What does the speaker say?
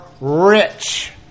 rich